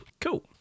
Cool